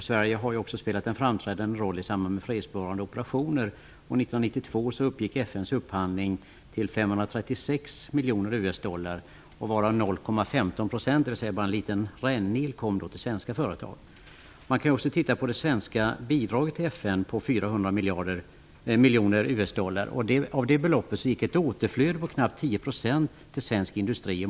Sverige har ju också spelat en framträdande roll i samband med fredsbevarande operationer. 1992 dollar, varav 0,15 % kom svenska företag till del, alltså bara en liten rännil. Det svenska bidraget till FN uppgick till 400 miljoner US-dollar. Av detta belopp gick ett återflöde på knappt 10 % till svensk industri.